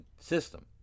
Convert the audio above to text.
system